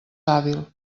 hàbil